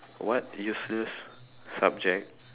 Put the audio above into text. what useless subject